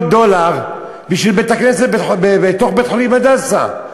דולר בשביל בית-הכנסת בתוך בית-החולים "הדסה",